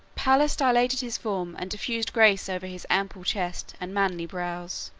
pallas dilated his form and diffused grace over his ample chest and manly brows.